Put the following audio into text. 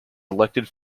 elected